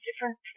different